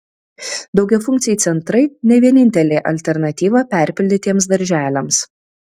daugiafunkciai centrai ne vienintelė alternatyva perpildytiems darželiams